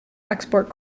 export